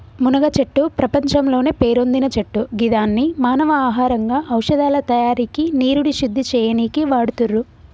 మునగచెట్టు ప్రపంచంలోనే పేరొందిన చెట్టు గిదాన్ని మానవ ఆహారంగా ఔషదాల తయారికి నీరుని శుద్ది చేయనీకి వాడుతుర్రు